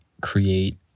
create